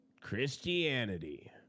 Christianity